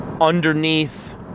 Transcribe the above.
underneath